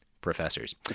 professors